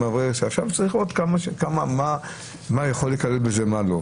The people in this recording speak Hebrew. עכשיו צריך לראות מה יכול להיכלל בזה ומה לא.